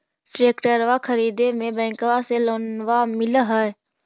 ट्रैक्टरबा खरीदे मे बैंकबा से लोंबा मिल है?